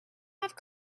have